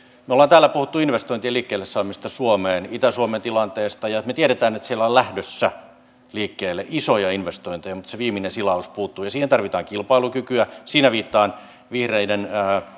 me olemme täällä puhuneet investointien liikkeelle saamisesta suomeen itä suomen tilanteesta me tiedämme että siellä on lähdössä liikkeelle isoja investointeja mutta se viimeinen silaus puuttuu ja siihen tarvitaan kilpailukykyä siinä viittaan vihreiden